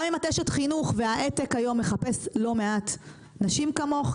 גם אם את אשת חינוך וההייטק היום מחפש לא מעט נשים כמוך,